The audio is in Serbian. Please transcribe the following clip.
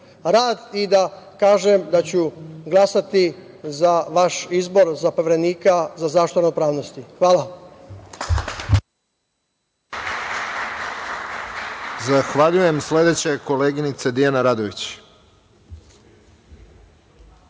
rad i da kažem da ću glasati za vaš izbor za Poverenika za zaštitu ravnopravnosti. Hvala